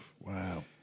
Wow